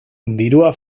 dirua